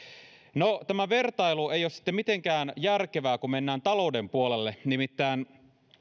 no tämä vertailu ei ole sitten mitenkään järkevää kun mennään talouden puolelle nimittäin